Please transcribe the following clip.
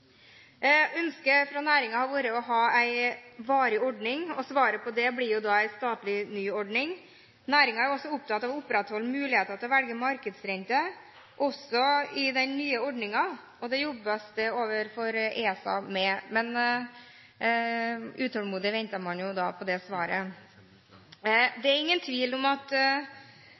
Ønsket fra næringen har vært å ha en varig ordning, og svaret på det blir da en statlig, ny ordning. Næringen er også opptatt av å opprettholde muligheter til å velge markedsrente også i den nye ordningen, og det jobbes det med overfor ESA. Men man venter jo utålmodig på det svaret. Det er ingen tvil om at